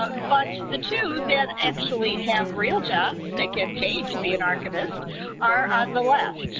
but the two that actually have real jobs that get paid to be an archivist are on the left.